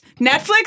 Netflix